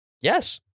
Yes